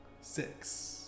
Six